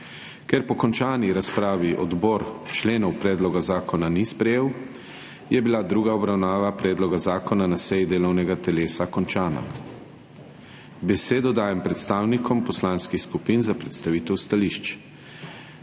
Ker po končani razpravi odbor členov predloga zakona ni sprejel, je bila druga obravnava predloga zakona na seji delovnega telesa končana. Besedo dajem predstavnikom poslanskih skupin za predstavitev stališč.